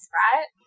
right